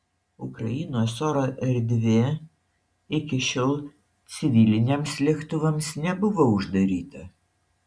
ukrainos oro erdvė iki šiol civiliniams lėktuvams nebuvo uždaryta